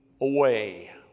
away